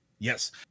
Yes